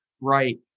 right